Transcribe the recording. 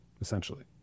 essentially